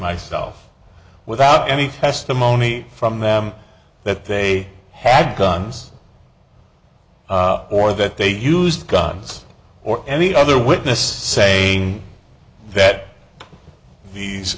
myself without any testimony from them that they had guns or that they used guns or any other witness saying that these